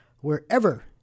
wherever